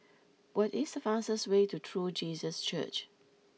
what is the fastest way to True Jesus Church